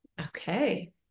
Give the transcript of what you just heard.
Okay